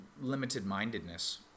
limited-mindedness